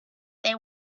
they